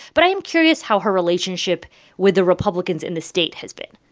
but i'm curious how her relationship with the republicans in the state has been